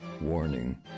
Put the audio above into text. Warning